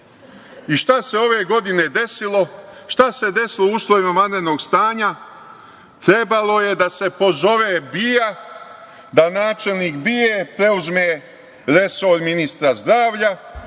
šta se ove godine desilo? Šta se desilo u uslovima vanrednog stanja? Trebalo je da se pozove BIA, da načelnik BIA preuzme resor ministra zdravlja